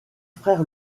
frère